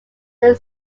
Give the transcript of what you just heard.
where